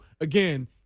again